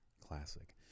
Classic